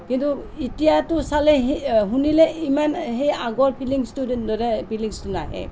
কিন্তু এতিয়াটো চালে সেই শুনিলে ইমান সেই আগৰ ফিলিংছটো তেনেদৰে ফিলিংছটো নাহে